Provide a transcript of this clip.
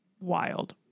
wild